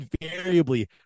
Invariably